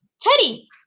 Teddy